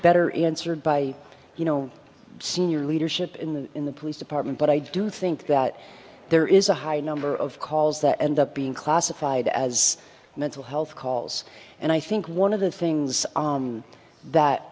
better answered by you know senior leadership in the in the police department but i do think that there is a high number of calls that end up being classified as mental health calls and i think one of the things that